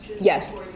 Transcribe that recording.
yes